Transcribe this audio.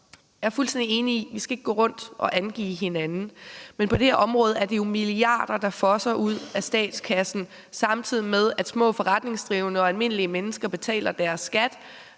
Jeg er fuldstændig enig i, at vi ikke skal gå rundt og angive hinanden, men der er jo på det her område milliarder, der fosser ud af statskassen, for samtidig med at små forretningsdrivende og almindelige mennesker betaler deres skat,